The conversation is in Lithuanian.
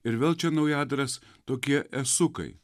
ir vėl čia naujadaras tokie esukai